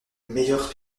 meilleurs